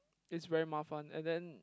it's very 麻烦:mafan and then